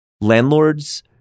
landlords